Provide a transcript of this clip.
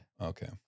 Okay